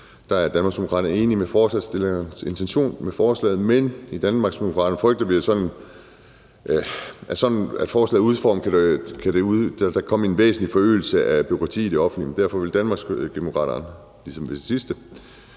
er Danmarksdemokraterne enige i forslagsstillernes intention med forslaget, men i Danmarksdemokraterne frygter vi, at der med forslaget kan komme en væsentlig forøgelse af bureaukratiet i det offentlige, og derfor vil Danmarksdemokraterne som ved det